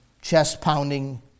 chest-pounding